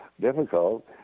difficult